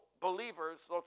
believers